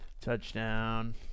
Touchdown